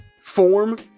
form